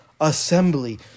assembly